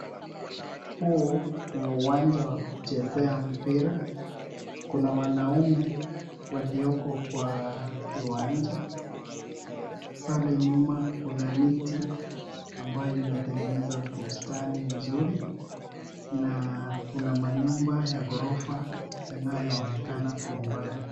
Huu ni uwanja wa kuchezea mpira, kuna wanaume walioko kwa kiwanja. Pale nyuma kuna miti ambayo inatengeneza bustani mzuri na kuna manyumba ya ghorofa yanayoonekana kwa umbali.